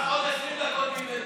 קח עוד 20 דקות ממני.